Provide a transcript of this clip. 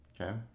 Okay